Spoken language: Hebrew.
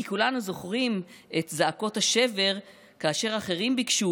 כי כולנו זוכרים את זעקות השבר כאשר אחרים ביקשו,